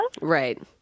right